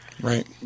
Right